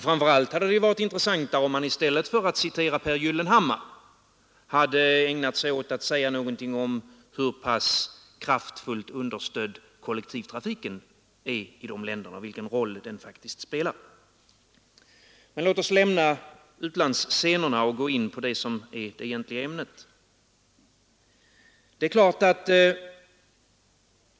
Framför allt hade det varit intressantare om han i stället för att citera Pehr Gyllenhammar hade ägnat sig åt att säga någonting om hur kraftfullt understödd kollektivtrafiken är i dessa länder och vilken roll den faktiskt spelar. Men låt oss lämna utlandsscenerna och gå in på det egentliga ämnet.